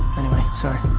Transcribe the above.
anyway, sorry.